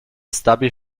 stubby